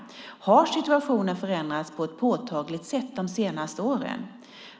Har situationen förändrats på ett påtagligt sätt de senaste åren?